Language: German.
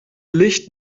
licht